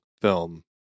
film